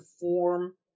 form